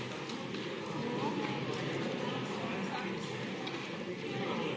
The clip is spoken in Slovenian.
vala.